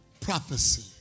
prophecy